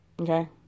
Okay